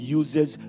uses